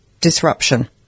disruption